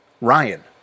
Ryan